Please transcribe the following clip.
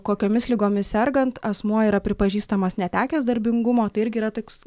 kokiomis ligomis sergant asmuo yra pripažįstamas netekęs darbingumo tai irgi yra toks